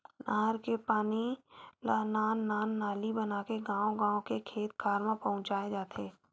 नहर के पानी ल नान नान नाली बनाके गाँव गाँव के खेत खार म पहुंचाए जाथे